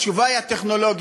התשובה היא הטכנולוגיה.